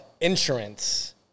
insurance